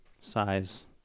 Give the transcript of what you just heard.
size